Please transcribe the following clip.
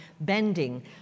bending